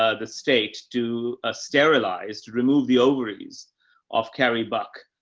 ah the state to, ah, sterilized, remove the ovaries of carrie buck,